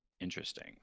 Interesting